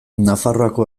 nafarroako